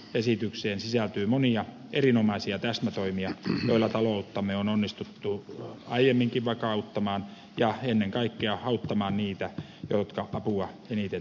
lisätalousarvioesitykseen sisältyy monia erinomaisia täsmätoimia joilla talouttamme on onnistuttu aiemminkin vakauttamaan ja ennen kaikkea auttamaan niitä jotka apua eniten tarvitsevat